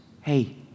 hey